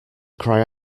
cry